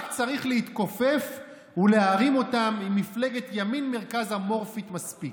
רק צריך להתכופף ולהרים אותם עם מפלגת ימין-מרכז אמורפית מספיק.